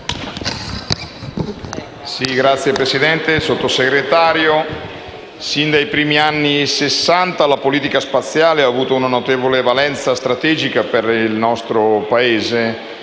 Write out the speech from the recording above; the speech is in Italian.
Signora Presidente, signor Sottosegretario, sin dai primi anni Sessanta la politica spaziale ha avuto una notevole valenza strategica per il nostro Paese